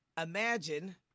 Imagine